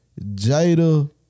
Jada